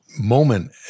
moment